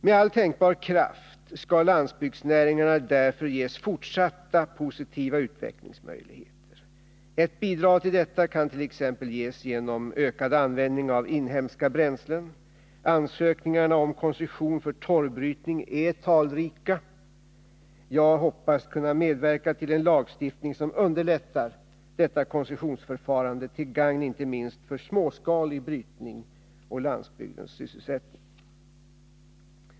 Med all tänkbar kraft skall landsbygdsnäringarna därför ges fortsatt positiva utvecklingsmöjligheter. Ett bidrag till detta kan gest.ex. genom ökad användning av inhemska bränslen. Ansökningarna om koncession för torvbrytning är talrika. Jag hoppas kunna medverka till en lagstiftning som underlättar detta koncessionsförfarande till gagn inte minst för småskalig brytning och landsbygdens sysselsättning.